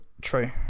True